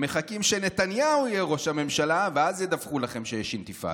הם מחכים שנתניהו יהיה ראש המשלה ואז ידווחו לכם שיש אינתיפאדה"